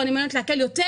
או אני מעוניינת להקל יותר,